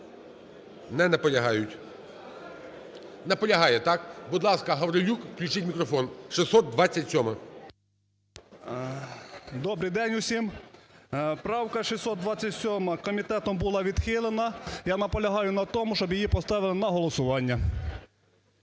Не наполягають. Наполягає? Будь ласка, Гаврилюк, включіть мікрофон, 627-а. 10:12:39 ГАВРИЛЮК М.В. Добрий день всім. Правка 627 комітетом була відхилена. Я наполягаю на тому, щоб її поставили на голосування.